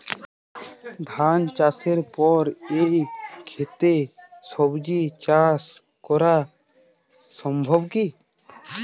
ধান চাষের পর একই ক্ষেতে সবজি চাষ করা সম্ভব কি?